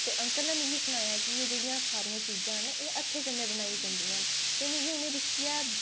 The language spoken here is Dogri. अंकल ने मिगी सनाया कि एह जेहडिया सारियां चीजा ना हत्थें कन्नै बनाई जंदियां ना ते मिगी उहेंगी दिक्खियै